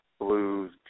blues